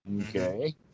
Okay